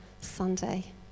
Sunday